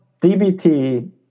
DBT